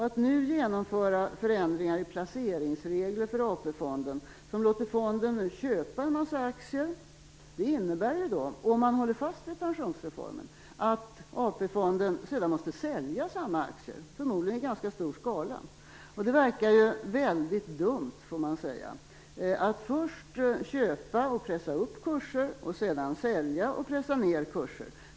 Att nu genomföra förändringar i placeringsregler för AP fonden och låta fonden köpa en massa aktier, innebär - om man håller fast vid pensionsreformen - att AP fonden sedan måste sälja samma aktier, förmodligen i ganska stor skala. Det verkar väldigt dumt, får man säga - att först köpa och pressa upp kurser och sedan sälja och pressa ned kurser.